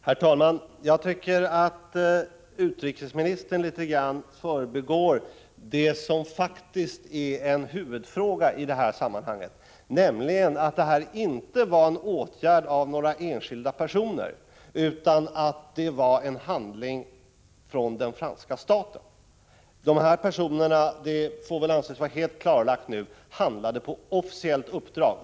Herr talman! Jag tycker att utrikesministern litet grand förbigår det som faktiskt är en huvudfråga i det här sammanhanget, nämligen att detta inte var en åtgärd av några enskilda personer utan en handling av den franska staten. De här personerna handlade — det får väl anses helt klarlagt nu — på officiellt uppdrag.